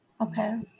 Okay